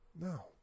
No